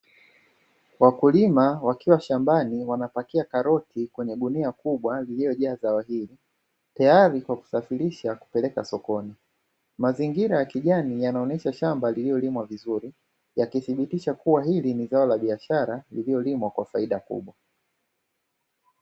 Wakulima wakiwa shambani wanapakia karoti kwenye gunia kubwa lililojaa zao hili tayari kwa kusafirisha kupeleka sokoni mazingira ya kijani yanaonyesha shamba lililolimwa vizuri yakithibitisha kuwa hili ni zao la biashara iliyolimwa kwa faida kubwa.